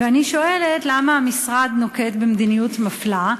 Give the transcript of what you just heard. אני שואלת: 1. למה המשרד נוקט מדיניות מפלה?